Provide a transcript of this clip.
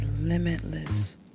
limitless